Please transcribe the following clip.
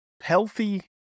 healthy